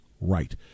right